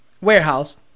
warehouse